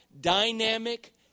dynamic